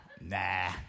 Nah